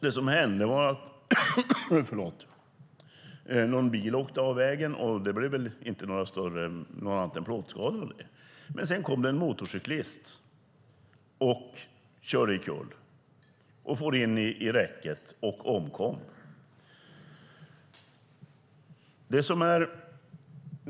Det som hände var att en bil åkte av vägen. Det blev väl inte annat än plåtskador. Men sedan kom en motorcyklist och körde omkull, for in i räcket och omkom.